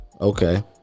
okay